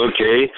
Okay